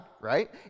right